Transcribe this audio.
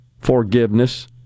forgiveness